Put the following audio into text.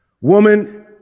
woman